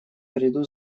приду